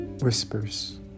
Whispers